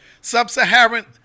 Sub-Saharan